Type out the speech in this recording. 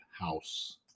house